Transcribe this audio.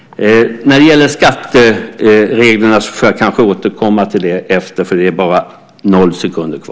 När det gäller skattereglerna får jag kanske återkomma till det.